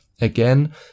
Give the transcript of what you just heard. Again